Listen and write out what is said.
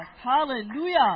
Hallelujah